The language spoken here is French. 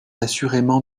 assurément